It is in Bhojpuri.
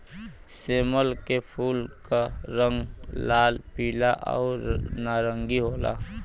सेमल के फूल क रंग लाल, पीला आउर नारंगी होला